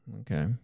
Okay